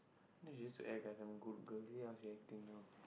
then she just act like I'm a good girl see how she acting now